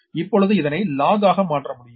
இப்பொழுது இதனை log ஆக மாற்ற முடியும்